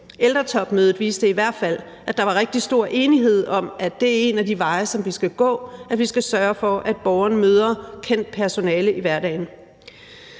Ældretopmødet viste i hvert fald, at der var rigtig stor enighed om, at det er en af de veje, som vi skal gå, nemlig at vi skal sørge for, at borgeren møder kendt personale i hverdagen.